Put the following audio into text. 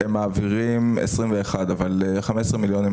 הם מעבירים 21 מיליון.